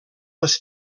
les